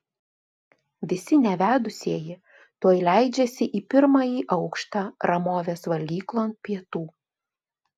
visi nevedusieji tuoj leidžiasi į pirmąjį aukštą ramovės valgyklon pietų